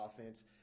offense